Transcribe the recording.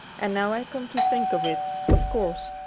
and now i come to think of it, of course,